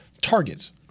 Targets